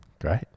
great